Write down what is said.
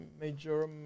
major